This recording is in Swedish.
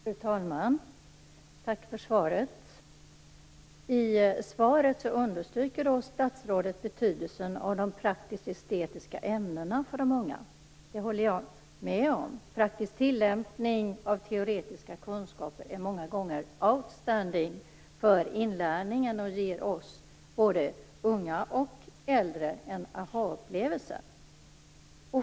Fru talman! Tack för svaret, Ylva Johansson! I svaret understryker statsrådet betydelsen av de praktisk/estetiska ämnena för de unga. Jag håller med om detta. Praktisk tillämpning av teoretiska kunskaper är många gånger utmärkt för inlärningen och kan ge både unga och äldre en ahaupplevelse.